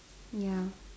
ya